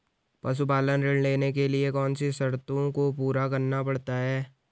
पशुपालन ऋण लेने के लिए कौन सी शर्तों को पूरा करना पड़ता है?